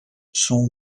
son